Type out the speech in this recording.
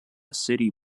city